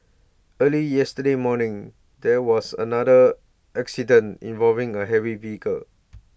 early yesterday morning there was another accident involving A heavy vehicle